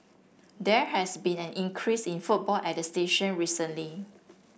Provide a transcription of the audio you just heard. there has been an increase in footfall at the station recently